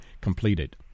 completed